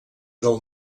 del